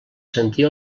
sentir